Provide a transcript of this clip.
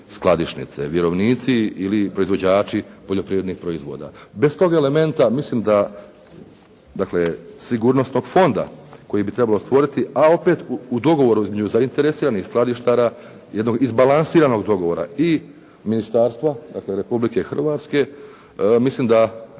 skladišnice vjerovnici ili proizvođači poljoprivrednih proizvoda. Bez tog elementa mislim da, dakle sigurnost tog fonda koji bi trebalo stvoriti, a opet u dogovoru između zainteresiranih skladištara, jednog izbalansiranog dogovora i ministarstva dakle Republike Hrvatske. Mislim da